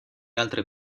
altre